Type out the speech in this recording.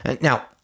Now